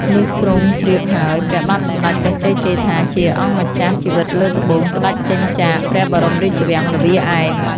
លុះទ្រង់ជ្រាបហើយ ព្រះបាទសម្ដេចព្រះជ័យជេដ្ឋាជាអម្ចាស់ជីវិតលើត្បូង ស្ដេចចេញចាក ព្រះបរមរាជវាំងល្វាឯម